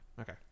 Okay